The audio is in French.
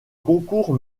concours